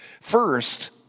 First